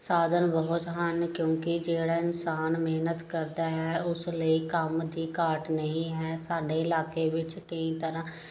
ਸਾਧਨ ਬਹੁਤ ਹਨ ਕਿਉਂਕਿ ਜਿਹੜਾ ਇਨਸਾਨ ਮਿਹਨਤ ਕਰਦਾ ਹੈ ਉਸ ਲਈ ਕੰਮ ਦੀ ਘਾਟ ਨਹੀਂ ਹੈ ਸਾਡੇ ਇਲਾਕੇ ਵਿਚ ਕਈ ਤਰ੍ਹਾਂ